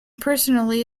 personally